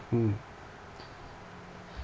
mm